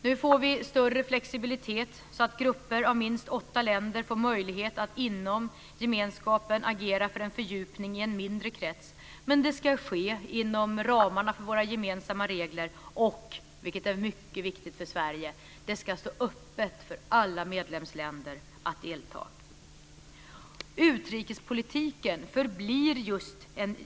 Nu får vi större flexibilitet så att grupper om minst åtta länder får möjlighet att inom gemenskapen agera för en fördjupning i en mindre krets. Det ska ske inom ramarna för våra gemensamma regler och - vilket är mycket viktigt för Sverige - det ska stå öppet för alla medlemsländer att delta.